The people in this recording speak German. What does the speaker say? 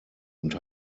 und